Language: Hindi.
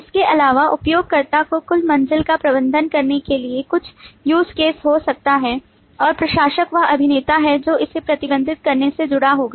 इसके अलावा उपयोगकर्ताओं को कुल मंजिल का प्रबंधन करने के लिए कुछ use case हो सकता है और प्रशासक वह अभिनेता है जो इसे प्रबंधित करने से जुड़ा होगा